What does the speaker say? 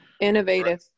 Innovative